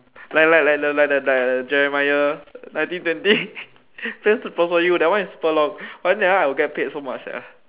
like like like the like the Jeremiah nineteen twenty that one is super long I think that one I will get paid so much sia